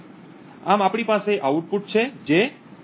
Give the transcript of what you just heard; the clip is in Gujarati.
આમ આપણી પાસે આઉટપુટ છે જે 1 છે